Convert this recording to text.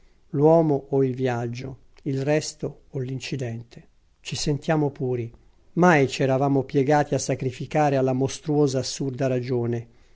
l'uomo o il viaggio il resto o l'incidente ci sentiamo puri mai ci eravamo piegati a sacrificare alla mostruosa assurda ragione